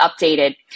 updated